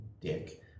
Dick